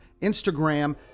Instagram